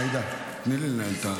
עאידה, תני לי לנהל את,